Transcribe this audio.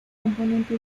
componente